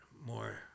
more